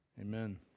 Amen